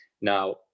Now